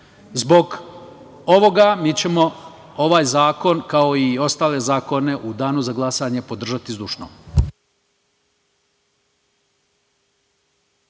ovoga, mi ćemo ovaj zakon, kao i ostale zakone, u danu za glasanje podržati zdušno.